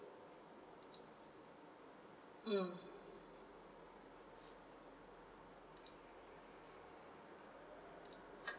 mm